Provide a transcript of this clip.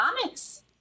comics